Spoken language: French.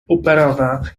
auparavant